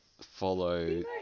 follow